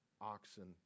oxen